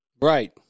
Right